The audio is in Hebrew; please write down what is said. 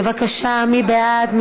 בבקשה, מי בעד?